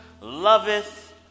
loveth